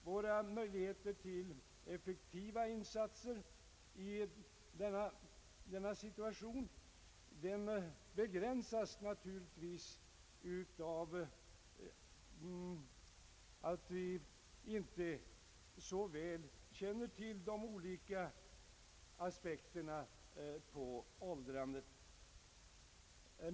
Våra möjligheter till effektiva insatser i denna situation begränsas dock helt naturligt av att vi inte så väl känner till åldrandets olika aspekter.